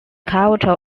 cultural